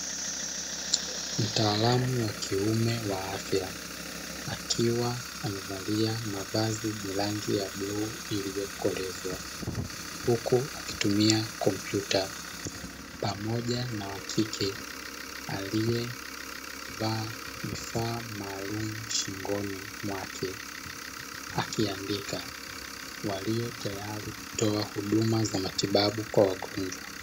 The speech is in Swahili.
Mtaalamu wa kiume wa afya akiwa amevalia mavazi yenye rangi ya bluu iliiyokolezwa huku akitumia kompyuta pamoja na wakike alievaa vifaa maalumu shingoni mwake akiandika, walio tayari kutoa huduma za matibabu kwa wagonjwa.